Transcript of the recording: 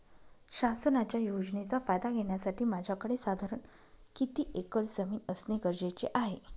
शासनाच्या योजनेचा फायदा घेण्यासाठी माझ्याकडे साधारण किती एकर जमीन असणे गरजेचे आहे?